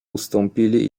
ustąpili